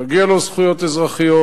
מגיעות לו זכויות אזרחיות.